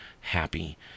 happy